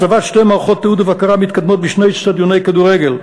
הצבת שתי מערכות תיעוד ובקרה מתקדמות בשני איצטדיוני כדורגל.